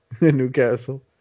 Newcastle